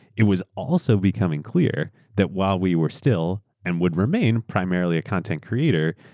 it was also becoming clear that while we were still and would remain primarily a content creator,